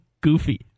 goofy